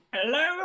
Hello